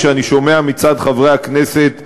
שאני שומע מצד חברי הכנסת הערבים: